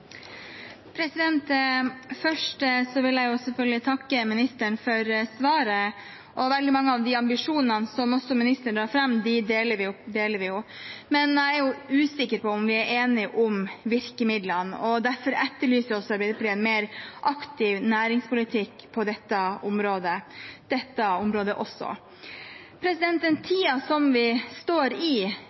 Først vil jeg selvfølgelig takke ministeren for svaret. Veldig mange av de ambisjonene som ministeren la fram, deler vi jo. Men jeg er usikker på om vi er enige om virkemidlene, og derfor etterlyser Arbeiderpartiet en mer aktiv næringspolitikk på dette området også. Den tiden vi står i,